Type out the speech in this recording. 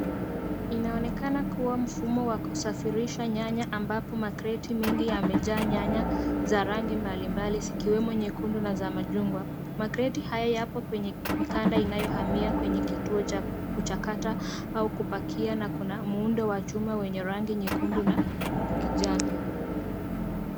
Inaonekana kuwa mfumo wa kusafirisha nyanya ambapo makreti mengi yamejaa nyanya za rangi mbalimbali zikiwemo nyekundu na za machungwa. Makreti haya yapo kwenye mikanda inayohamia kwenye kituo cha kuchakata au kupakia na kuna muundo wa chuma wenye rangi nyekundu na kijani.